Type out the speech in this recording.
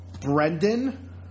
Brendan